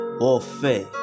warfare